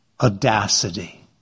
audacity